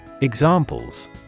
Examples